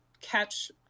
catch